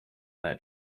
that